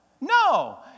No